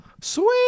Sweet